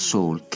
Soul